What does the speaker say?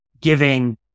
giving